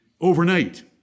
Overnight